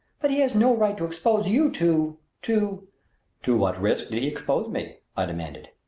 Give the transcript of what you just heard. but he has no right to expose you to to to what risk did he expose me? i demanded.